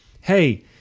hey